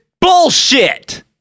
bullshit